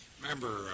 remember